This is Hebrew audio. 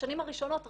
בשנים הראשונות,